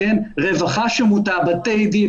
רווחה מוטה, בתי דין.